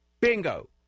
Bingo